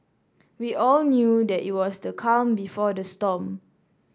we all knew that it was the calm before the storm